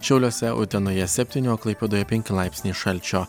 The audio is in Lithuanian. šiauliuose utenoje septyni o klaipėdoje penki laipsniai šalčio